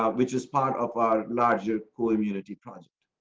ah which is part off our larger pool immunity project.